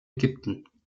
ägypten